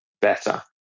better